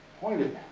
pointed.